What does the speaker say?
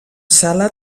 sala